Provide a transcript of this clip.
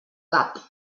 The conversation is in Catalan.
cap